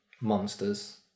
Monsters